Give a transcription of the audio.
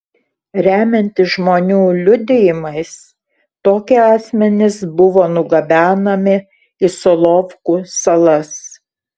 remiantis žmonių liudijimais tokie asmenys buvo nugabenami į solovkų salas